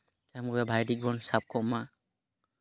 ᱥᱟᱱᱟᱢ ᱠᱚᱜᱮ ᱵᱷᱟᱜᱮ ᱴᱷᱤᱠ ᱵᱚᱱ ᱥᱟᱵ ᱠᱚᱜ ᱢᱟ